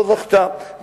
נשמתו זכתה,